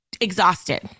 Exhausted